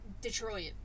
Detroit